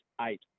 eight